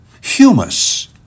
humus